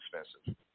expensive